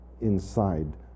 inside